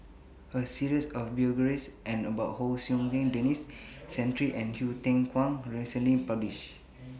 A series of biographies and about Hon Sui Sen Denis Santry and Hsu Tse Kwang recently published